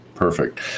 Perfect